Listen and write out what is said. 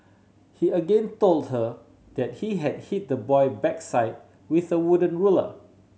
he again told her that he had hit the boy backside with a wooden ruler